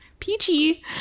peachy